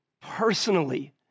Personally